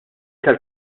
tal